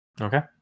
Okay